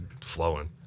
flowing